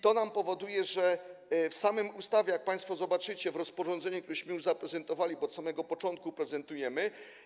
To powoduje, że w samej ustawie, jak państwo zobaczycie, w rozporządzeniu, które już zaprezentowaliśmy, od samego początku prezentujemy.